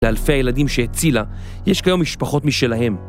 לאלפי הילדים שהצילה, יש כיום משפחות משלהם.